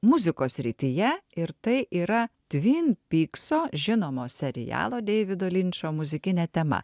muzikos srityje ir tai yra tvin pykso žinomo serialo deivido linčo muzikinė tema